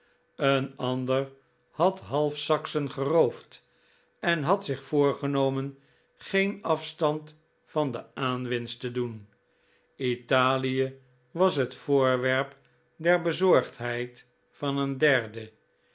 een ander had half saksen geroofd en had zich voorgenomen geen afstand van de aanwinst te doen italie was het voorwerp der bezorgdheid van een derde